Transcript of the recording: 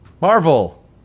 Marvel